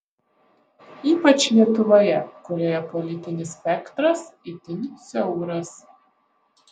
ypač lietuvoje kurioje politinis spektras itin siauras